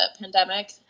pandemic